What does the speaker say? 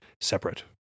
separate